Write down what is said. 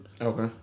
Okay